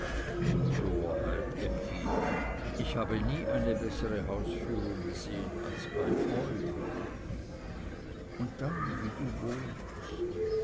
torheit effi ich habe nie eine bessere hausführung gesehen als bei euch und dann wie du wohnst